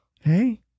Hey